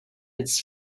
its